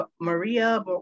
Maria